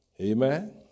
Amen